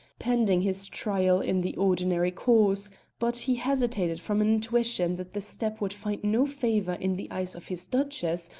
pending his trial in the ordinary course but he hesitated from an intuition that the step would find no favour in the eyes of his duchess,